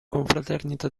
confraternita